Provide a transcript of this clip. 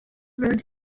road